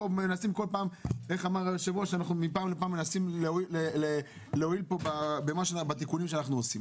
מפעם לפעם אנחנו מנסים להועיל בתיקונים שאנחנו עושים.